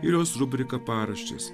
ir jos rubriką paraštės